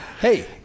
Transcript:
Hey